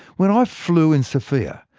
when i flew in sofia,